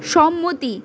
সম্মতি